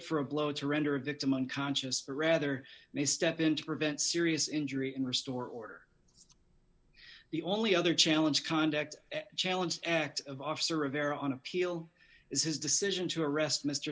for a blow to render a victim unconscious or rather they step in to prevent serious injury and restore order the only other challenge conduct challenge act of officer of air on appeal is his decision to arrest mr